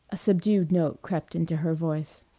a subdued note crept into her voice.